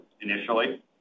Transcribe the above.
initially